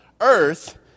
earth